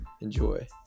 Enjoy